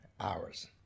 hours